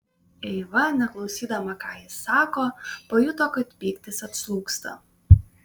eiva neklausydama ką jis sako pajuto kad pyktis atslūgsta